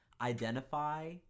identify